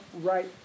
right